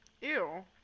Ew